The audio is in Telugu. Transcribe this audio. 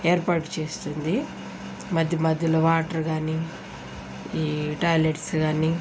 ఏర్పాటు చేస్తుంది మధ్య మధ్యలో వాటర్ కాని ఈ టాయిలెట్స్ కాని